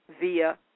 via